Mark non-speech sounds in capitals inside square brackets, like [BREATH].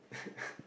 [BREATH]